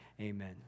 Amen